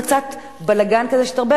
זה קצת בלגן כזה שהתערבב,